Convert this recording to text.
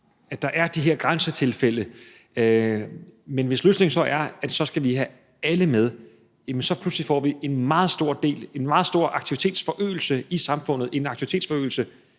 at der er de her grænsetilfælde. Men hvis løsningen så er, at vi så skal have alle med, får vi pludselig en meget stor aktivitetsforøgelse i samfundet, en aktivitetsforøgelse